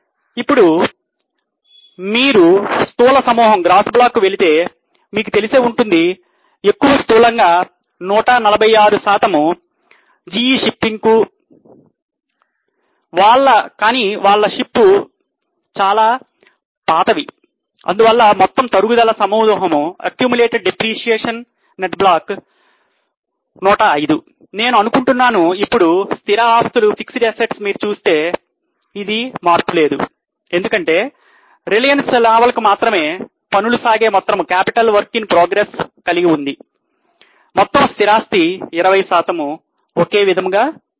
ఇప్పుడు మీరు స్థూల సమూహము కలిగి ఉంది మొత్తము స్థిరాస్తి 20 శాతం ఒకే విధంగా ఉంది